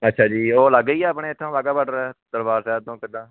ਅੱਛਾ ਜੀ ਉਹ ਲਾਗੇ ਹੀ ਆ ਆਪਣੇ ਇੱਥੋਂ ਵਾਹਗਾ ਬਾਡਰ ਦਰਬਾਰ ਸਾਹਿਬ ਤੋਂ ਕਿੱਦਾਂ